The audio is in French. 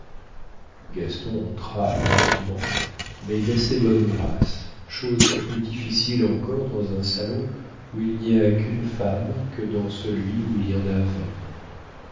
gaston entra lentement mais d'assez bonne grâce chose plus difficile encore dans un salon où il n'y a qu'une femme que dans celui où il y en a vingt